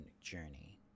journey